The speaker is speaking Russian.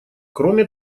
кроме